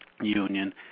union